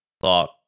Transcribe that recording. thought